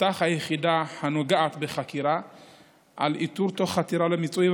תפתח היחידה הנוגעת בדבר בחקירה לאיתור תוך חתירה למיצוי,